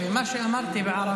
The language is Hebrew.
אם אתה רוצה שהוא יגיד בעברית,